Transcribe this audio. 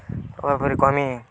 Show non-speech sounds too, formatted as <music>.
<unintelligible> କମି